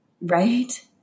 right